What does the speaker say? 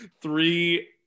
Three